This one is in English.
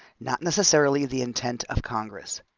not necessarily the intent of congress.